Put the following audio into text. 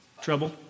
trouble